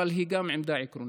אבל היא גם עמדה עקרונית,